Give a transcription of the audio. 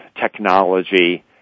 technology